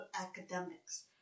academics